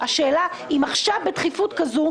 אבל השאלה אם בדחיפות כזאת,